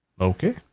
Okay